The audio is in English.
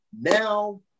Now